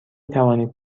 توانید